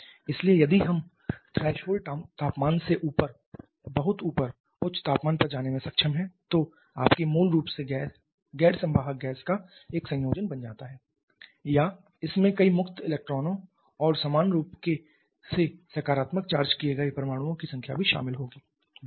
इसलिए यदि हम थ्रेशोल्ड तापमान से बहुत ऊपर उच्च तापमान पर जाने में सक्षम हैं तो आपकी मूल रूप से गैर संवाहक गैस का एक संयोजन बन जाता है या इसमें कई मुक्त इलेक्ट्रॉनों और समान रूप से सकारात्मक चार्ज किए गए परमाणुओं की संख्या भी शामिल होगी बेशक